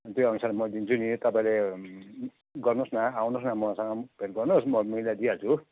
त्योअनुसार म दिन्छु नि तपाईँले गर्नुहोस् न आउनुहोस् न मसँग भेट गर्नुहोस् म मिलाइदिइहाल्छु